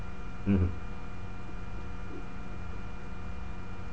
mmhmm